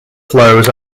flows